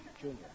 Junior